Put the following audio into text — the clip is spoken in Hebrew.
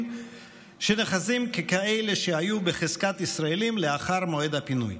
שנחזים ככאלה שהיו בחזקת ישראלים לאחר מועד הפינוי.